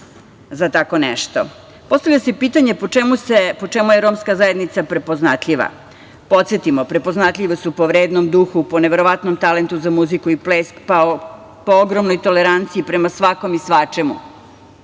za tako nešto. Postavlja se pitanje po čemu je romska zajednica prepoznatljiva. Podsetimo - prepoznatljivi su po vedrom duhu, po neverovatnom talentu za muziku i ples, po ogromnoj toleranciji prema svakom i svačemu.